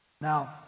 Now